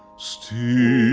steal